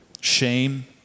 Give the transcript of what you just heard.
shame